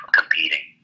competing